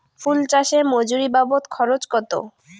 ফুল চাষে মজুরি বাবদ খরচ কত?